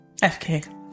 fk